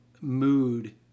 mood